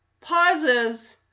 pauses